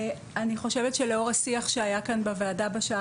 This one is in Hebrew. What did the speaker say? אני חושבת שלאור השיח שהיה כאן בוועדה בשעה